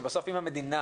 שבסוף אם המדינה